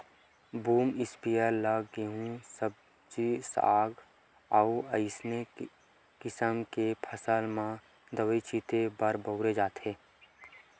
boom sprayer ल गहूँए सब्जी साग अउ असइने किसम के फसल म दवई छिते बर बउरे जाथे